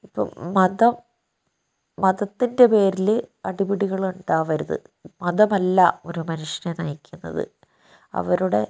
ഇപ്പൊൾ മതം മതത്തിന്റെ പേരില് അടിപിടികൾ ഉണ്ടാവരുത് മതമല്ല ഒരു മനുഷ്യനെ നയിക്കുന്നത് അവരുടെ